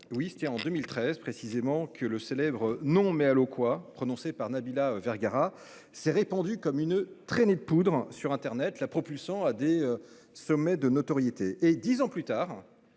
Oui, c'était en 2013 précisément, que le célèbre non mais à l'eau quoi prononcée par Nabilla Vergara s'est répandue comme une traînée de poudre sur Internet la propulsant à des sommets de notoriété et 10 ans plus tard.